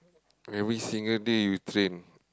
every single day you train